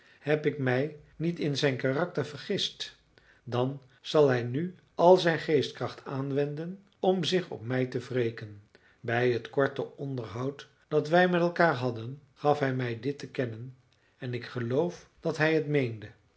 heb ik mij niet in zijn karakter vergist dan zal hij nu al zijn geestkracht aanwenden om zich op mij te wreken bij het korte onderhoud dat wij met elkaar hadden gaf hij mij dit te kennen en ik geloof dat hij het meende